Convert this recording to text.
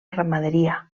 ramaderia